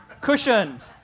cushioned